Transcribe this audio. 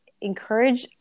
encourage